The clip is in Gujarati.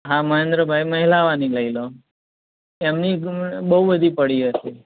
હા મહેન્દ્રભાઈ મહેલવાની લઇ લો એમની બહુ બધી પડી હશે